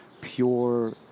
pure